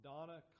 Donna